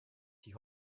die